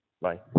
Bye